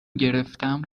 گرفتم